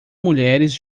mulheres